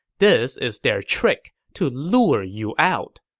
this is their trick to lure you out.